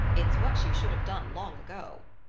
it's what you should have done long ago.